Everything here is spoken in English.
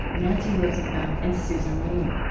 nancy rosenbaum, and susan leem.